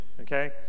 okay